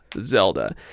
Zelda